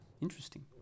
interesting